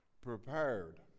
prepared